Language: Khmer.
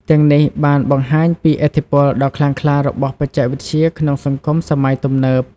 ទាំងនេះបានបង្ហាញពីឥទ្ធិពលដ៏ខ្លាំងក្លារបស់បច្ចេកវិទ្យាក្នុងសង្គមសម័យទំនើប។